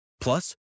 Plus